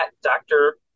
Dr